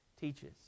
teaches